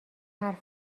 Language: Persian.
حرف